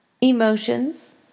emotions